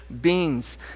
beings